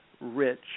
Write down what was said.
rich